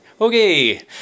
okay